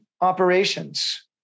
operations